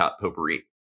potpourri